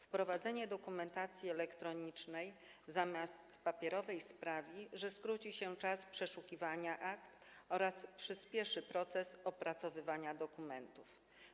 Wprowadzenie dokumentacji elektronicznej zamiast papierowej sprawi, że skróci się czas przeszukiwania akt oraz przyspieszy proces opracowywania dokumentów.